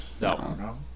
No